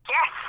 Yes